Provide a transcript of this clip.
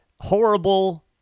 Horrible